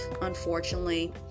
unfortunately